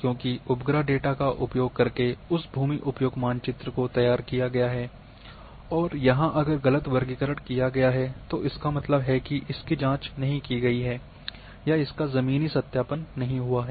क्योंकि उपग्रह डेटा का उपयोग करके उस भूमि उपयोग मानचित्र तैयार किया गया है और यहाँ अगर गलत वर्गीकरण किया गया है तो इसका मतलब है कि इसकी जांच नहीं की गई है या इसका जमीनी सत्यापन नहीं हुआ है